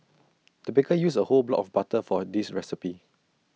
the baker used A whole block of butter for this recipe